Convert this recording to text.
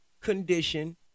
condition